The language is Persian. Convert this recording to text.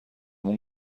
اون